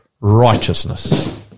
righteousness